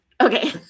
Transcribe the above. Okay